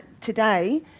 today